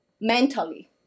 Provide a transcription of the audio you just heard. mentally